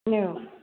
औ